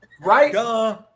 Right